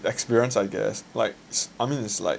experience I guess like I mean it's like